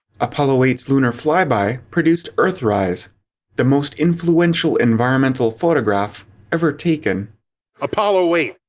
apollo eight s lunar fly-by produced earthrise the most influential environmental photograph ever taken apollo eight.